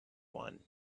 one